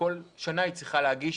וכל שנה היא צריכה להגיש